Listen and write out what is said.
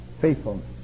faithfulness